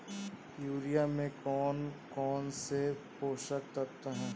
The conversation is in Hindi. यूरिया में कौन कौन से पोषक तत्व है?